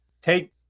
take